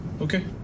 Okay